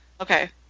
Okay